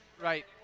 Right